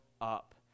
up